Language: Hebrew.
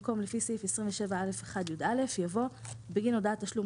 במקום "לפי סעיף 27א1(יא)" יבוא "בגין הודעת תשלום